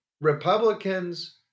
Republicans